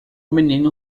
menino